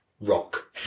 rock